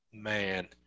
Man